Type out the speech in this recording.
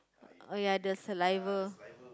oh ya the saliva